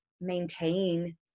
maintain